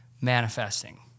manifesting